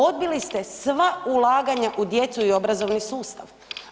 Odbili ste sva ulaganja u djecu i obrazovni sustav.